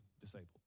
disabled